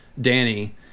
Danny